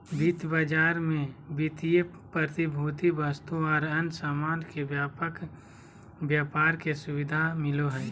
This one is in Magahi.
वित्त बाजार मे वित्तीय प्रतिभूति, वस्तु आर अन्य सामान के व्यापार के सुविधा मिलो हय